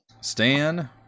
Stan